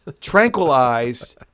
tranquilized